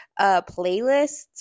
playlists